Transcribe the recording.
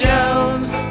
Jones